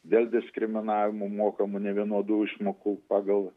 dėl diskriminavimo mokamų nevienodų išmokų pagal